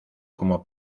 como